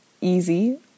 easy